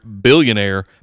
billionaire